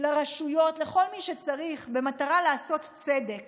לרשויות, לכל מי שצריך, במטרה לעשות צדק